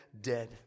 dead